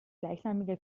gleichnamige